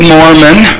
Mormon